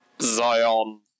Zion